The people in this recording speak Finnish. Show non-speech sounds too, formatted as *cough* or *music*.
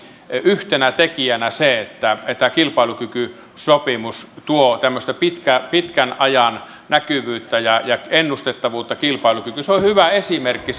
yhtenä tekijänä se että että kilpailukykysopimus tuo tämmöistä pitkän ajan näkyvyyttä ja ja ennustettavuutta kilpailukykyyn se on hyvä esimerkki *unintelligible*